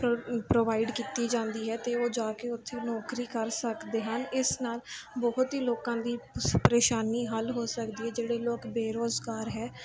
pro provide ਕੀਤੀ ਜਾਂਦੀ ਹੈ ਅਤੇ ਉਹ ਜਾ ਕੇ ਉੱਥੇ ਨੌਕਰੀ ਕਰ ਸਕਦੇ ਹਨ ਇਸ ਨਾਲ ਬਹੁਤ ਹੀ ਲੋਕਾਂ ਦੀ ਸ਼ ਪਰੇਸ਼ਾਨੀ ਹੱਲ ਹੋ ਸਕਦੀ ਹੈ ਜਿਹੜੇ ਲੋਕ ਬੇਰੋਜ਼ਗਾਰ ਹੈ